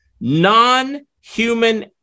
non-human